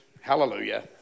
Hallelujah